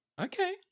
Okay